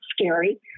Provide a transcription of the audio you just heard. scary